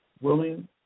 willing